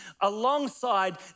alongside